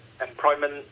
employment